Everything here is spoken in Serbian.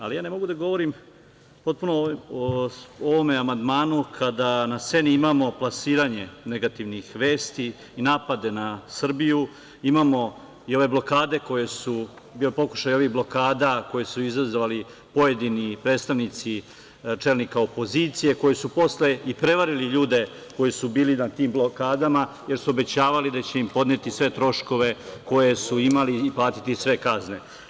Ali, ja ne mogu da govorim potpuno o ovom amandmanu kada na sceni imamo plasiranje negativnih vesti i napade na Srbiju, imamo i ove pokušaje blokada, koje su izazvali pojedini predstavnici čelnika opozicije, koji su posle i prevarili ljude koji su bili na tim blokadama, jer su obećavali da će im podneti sve troškove koje su imali i platiti sve kazne.